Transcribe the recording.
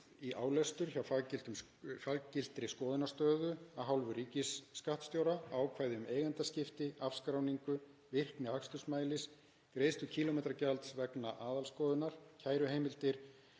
í álestur hjá faggiltri skoðunarstofu af hálfu ríkisskattstjóra, ákvæði um eigendaskipti, afskráningu, virkni akstursmælis, greiðslu kílómetragjalds vegna aðalskoðunar, kæruheimildir,